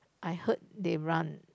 I heard they run